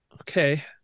Okay